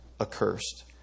accursed